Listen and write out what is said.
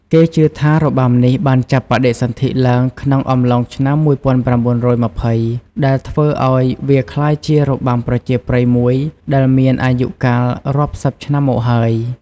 គេជឿថា របាំនេះបានចាប់បដិសន្ធិឡើងក្នុងអំឡុងឆ្នាំ១៩២០ ដែលធ្វើឱ្យវាក្លាយជារបាំប្រជាប្រិយមួយដែលមានអាយុកាលរាប់សិបឆ្នាំមកហើយ។